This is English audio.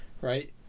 Right